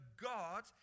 God